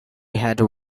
had